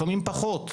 לפעמים פחות.